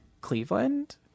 Cleveland